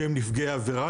שהם נפגעי עבירה,